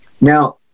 Now